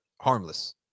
harmless